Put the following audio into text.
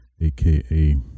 aka